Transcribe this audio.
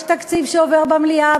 יש תקציב שעובר במליאה,